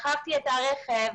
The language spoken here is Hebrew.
מכרתי את הרכב,